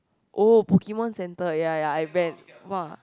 orh Pokemon centre ya ya I read